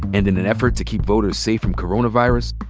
and in an effort to keep voters safe from coronavirus,